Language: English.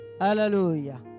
Hallelujah